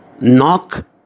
Knock